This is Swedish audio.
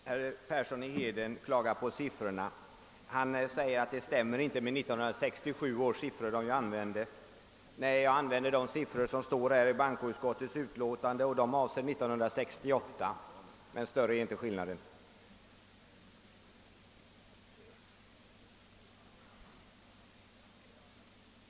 Herr talman! Herr Persson i Heden klagar på mina siffror, som han säger inte stämmer med hans siffror för 1967. Jag använde emellertid de siffror som finns i bankoutskottets utlåtande, och de avser 1968. Större är inte skillnaden.